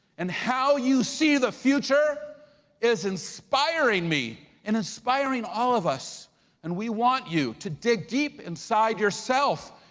and how you see the future is inspiring me and inspiring all of us and we want you to dig deep inside yourself.